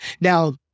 Now